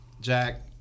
jack